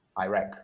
iraq